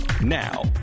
Now